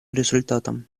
результатам